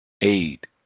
aid